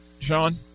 Sean